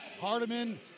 Hardiman